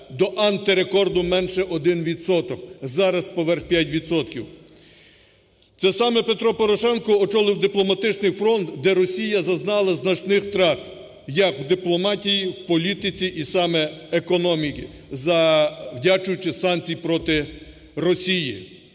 до антирекорду менше 1 відсоток (зараз – поверх 5 відсотків). Це саме Петро Порошенко очолив дипломатичний фронт, де Росія зазнала значних втрат як в дипломатії, в політиці і саме в економіці, завдячуючи санкціям проти Росії,